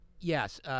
Yes